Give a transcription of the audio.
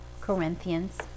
Corinthians